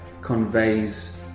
conveys